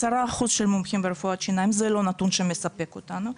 10% של מומחים ברפואת שיניים זה לא נתון שמספק אותנו.